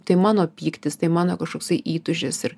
tai mano pyktis tai mano kažkoksai įtūžis ir